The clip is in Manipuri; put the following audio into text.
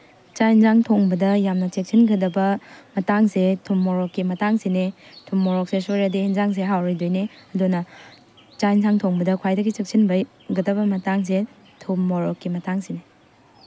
ꯆꯥꯛ ꯑꯦꯟꯁꯥꯡ ꯊꯣꯡꯕꯗ ꯌꯥꯝꯅ ꯆꯦꯛꯁꯤꯟꯒꯗꯕ ꯃꯇꯥꯡꯁꯦ ꯊꯨꯝ ꯃꯣꯔꯣꯛꯀꯤ ꯃꯇꯥꯡꯁꯤꯅꯦ ꯊꯨꯝ ꯃꯣꯔꯣꯛꯁꯦ ꯁꯣꯏꯔꯗꯤ ꯑꯦꯟꯁꯥꯡꯁꯦ ꯍꯥꯎꯔꯣꯏꯗꯣꯏꯅꯦ ꯑꯗꯨꯅ ꯆꯥꯛ ꯑꯦꯟꯁꯥꯡ ꯊꯣꯡꯕꯗ ꯈ꯭ꯋꯥꯏꯗꯒꯤ ꯆꯦꯛꯁꯤꯟꯕꯒꯤ ꯒꯗꯕ ꯃꯇꯥꯡꯁꯦ ꯊꯨꯝ ꯃꯣꯔꯣꯛꯀꯤ ꯃꯇꯥꯡꯁꯤꯅꯦ